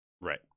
Right